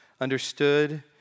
understood